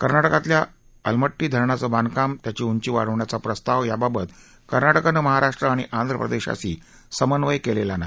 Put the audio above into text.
कर्नाटकातल्या अलमट्टी धरणाचं बांधकाम त्याची उंची वाढवण्याचा प्रस्ताव याबाबत कर्नाटकानं महाराष्ट्र आणि आंध्र प्रदेशाशी समन्वय केलेला नाही